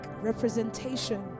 representation